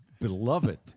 beloved